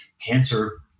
cancer